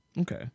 Okay